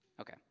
Okay